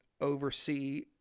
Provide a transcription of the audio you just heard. oversee